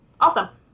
Awesome